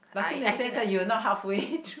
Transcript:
lucky in the sense that you were not halfway through